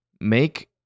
Make